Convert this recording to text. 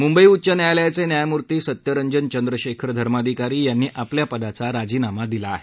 मुंबई उच्च न्यायालयाचे न्यायमूर्ती सत्यरंजन चंद्रेशखर धर्माधिकारी यांनी आपल्या पदाचा राजीनामा दिला आहे